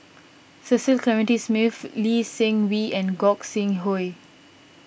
Cecil Clementi Smith Lee Seng Wee and Gog Sing Hooi